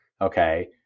okay